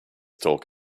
talk